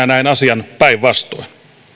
näen asian päinvastoin